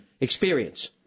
Experience